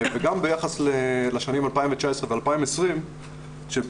וגם ביחס לשנים 2019 ו-2020 שלטעמי